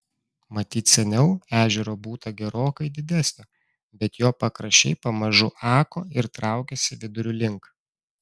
matyt seniau ežero būta gerokai didesnio bet jo pakraščiai pamažu ako ir traukėsi vidurio link